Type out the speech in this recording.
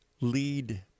lead